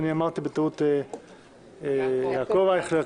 אני אמרתי בטעות יעקב אייכלר,